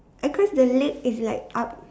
across the leg is like up